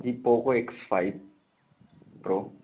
ji Poco X five pro